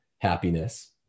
happiness